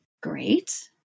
great